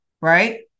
right